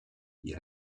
die